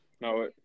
No